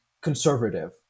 conservative